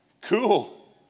Cool